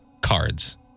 cards